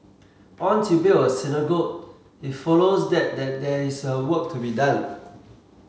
once you build a synagogue it follows that that there is work to be done